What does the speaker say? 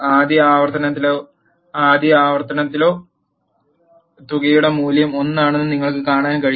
ആദ്യ ആവർത്തനത്തിലോ ആദ്യ ആവർത്തനത്തിലോ തുകയുടെ മൂല്യം 1 ആണെന്ന് നിങ്ങൾക്ക് കാണാൻ കഴിയും